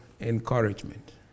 encouragement